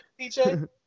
DJ